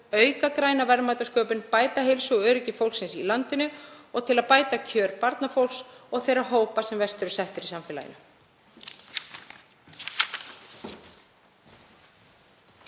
auka græna verðmætasköpun, bæta heilsu og öryggi fólksins í landinu og til að bæta kjör barnafólks og þeirra hópa sem verst eru settir í samfélaginu.